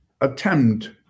attempt